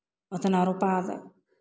उतना रुपैआ आब